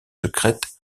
secrètes